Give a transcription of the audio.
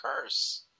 curse